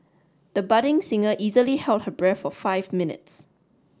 the budding singer easily held her breath for five minutes